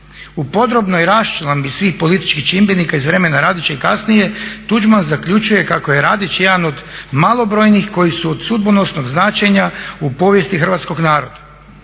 U podrobnoj raščlambi svih političkih čimbenika iz vremena Radića i kasnije Tuđman zaključuje kako je Radić jedan od malobrojnih koji su od sudbonosnog značenja u povijesti hrvatskog naroda.